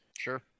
sure